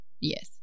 Yes